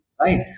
Right